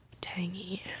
tangy